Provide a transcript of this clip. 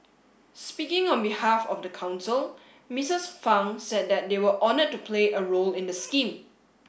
speaking on behalf of the council Mrs Fang said that they were honoured to play a role in the scheme